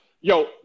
yo